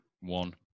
One